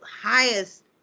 highest